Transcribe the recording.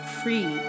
free